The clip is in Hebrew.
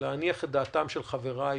וכדי להניח את דעתם של חבריי,